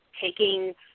taking